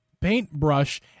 paintbrush